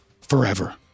forever